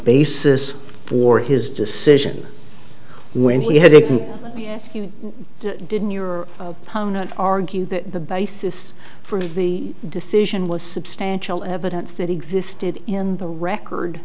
basis for his decision when he had taken let me ask you didn't your opponent argue that the basis for the decision was substantial evidence that existed in the record